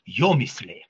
jo mįslė